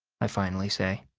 i finally say.